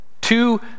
Two